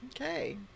Okay